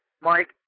Mike